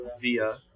via